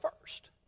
first